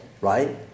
right